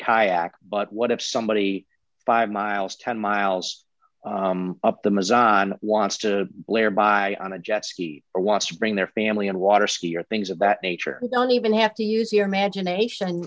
kayak but what if somebody five miles ten miles up the maisano wants to blair by on a jet ski or wants to bring their family on water ski or things of that nature who don't even have to use your imagination